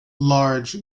large